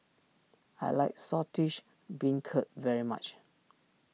I like Saltish Beancurd very much